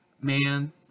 man